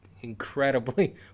incredibly